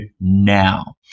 now